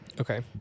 Okay